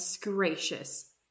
gracious